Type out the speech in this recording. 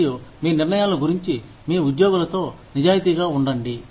మరియు మీ నిర్ణయాల గురించి మీ ఉద్యోగులతో నిజాయితీగా వుండండి